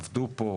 עבדו פה,